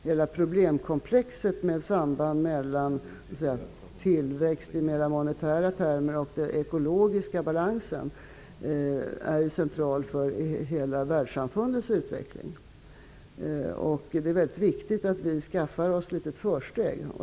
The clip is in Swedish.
Hela problemkomplexet med samband mellan tillväxt i mer monetära termer och den ekologiska balansen är ju central för hela världssamfundets utveckling. Det är viktigt att vi skaffar oss ett litet försteg.